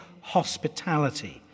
hospitality